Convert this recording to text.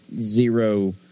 zero